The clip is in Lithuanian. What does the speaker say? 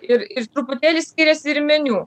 ir ir truputėlį skiriasi ir meniu